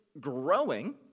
growing